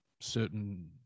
certain